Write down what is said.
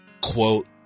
Quote